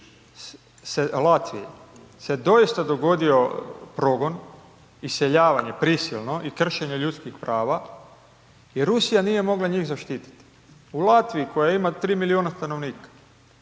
više/…Latvije, se doista dogodio progon, iseljavanje prisilno i kršenje ljudskih prava jer Rusija nije mogla njih zaštititi, u Latviji koja ima 3 milijuna stanovnika.